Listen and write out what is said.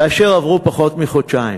כאשר עברו פחות מחודשיים.